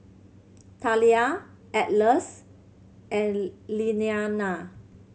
Thalia Atlas and Lilliana